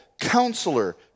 Counselor